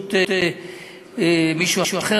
בראשות מישהו אחר,